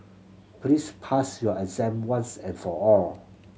please pass your exam once and for all